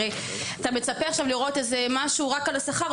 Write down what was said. הרי אתה מצפה עכשיו לראות איזה משהו רק על השכר,